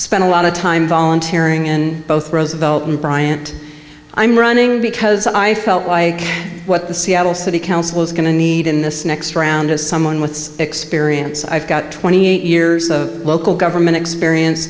spent a lot of time volunteering in both roosevelt and bryant i'm running because i felt like what the seattle city council is going to need in this next round is someone with experience i've got twenty eight years of local government experience